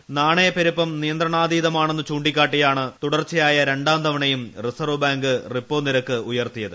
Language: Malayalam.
ന്യാ്ണ്യ്പ്പെരുപ്പം നിയന്ത്രണാതീതമാണെന്ന് ചൂണ്ടിക്കാട്ടിയാണ് തുടർച്ച്ചയാ്യ രണ്ടാംതവണയും റിസർവ് ബാങ്ക് റിപ്പോ നിരക്ക് ഉയർത്തിയത്